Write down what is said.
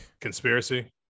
Conspiracy